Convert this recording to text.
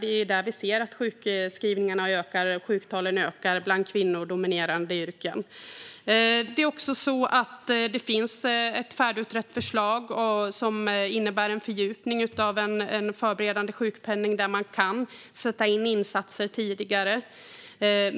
Där ser vi att sjukskrivningarna ökar. Sjuktalen ökar i kvinnodominerade yrken. Det finns också ett färdigutrett förslag som innebär en fördjupning av en förberedande sjukpenning, där man kan sätta in insatser tidigare.